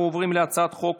אנחנו עוברים להצעת חוק